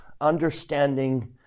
understanding